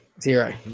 Zero